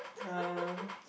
uh